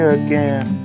again